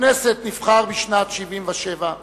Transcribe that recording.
לכנסת נבחר בשנת 1977,